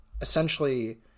essentially